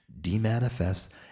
demanifest